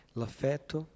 l'affetto